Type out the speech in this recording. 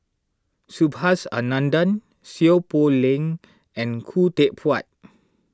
Subhas Anandan Seow Poh Leng and Khoo Teck Puat